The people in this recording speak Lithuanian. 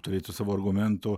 turėtų savo argumentų